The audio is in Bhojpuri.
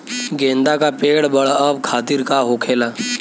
गेंदा का पेड़ बढ़अब खातिर का होखेला?